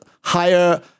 higher